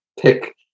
pick